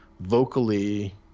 vocally